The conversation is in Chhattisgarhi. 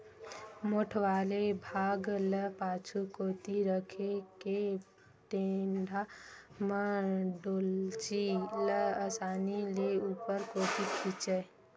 मोठ वाले भाग ल पाछू कोती रखे के टेंड़ा म डोल्ची ल असानी ले ऊपर कोती खिंचय